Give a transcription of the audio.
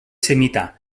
semita